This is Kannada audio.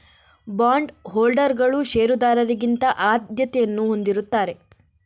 ಬಾಂಡ್ ಹೋಲ್ಡರುಗಳು ಷೇರುದಾರರಿಗಿಂತ ಆದ್ಯತೆಯನ್ನು ಹೊಂದಿರುತ್ತಾರೆ